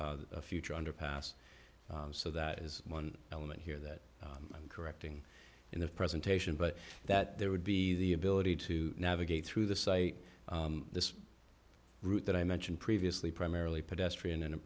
a future underpass so that is one element here that i'm correcting in the presentation but that there would be the ability to navigate through the site this route that i mentioned previously primarily pedestrian and